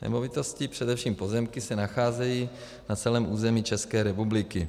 Nemovitosti, především pozemky, se nacházejí na celém území České republiky.